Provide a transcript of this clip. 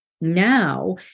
now